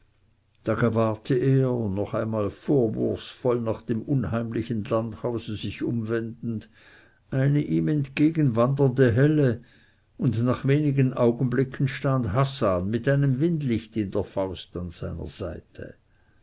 er noch einmal vorwurfsvoll nach dem unheimlichen landhause sich umwendend eine ihm entgegenwandernde helle und nach wenigen augenblicken stand hassan mit einem windlicht in der faust an seiner seite